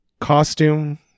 costume